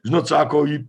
žinot sako ji